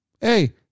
Hey